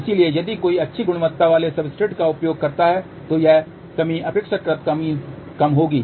इसलिए यदि कोई अच्छी गुणवत्ता वाले सब्सट्रेट का उपयोग करता है तो यह कमी अपेक्षाकृत कम होगी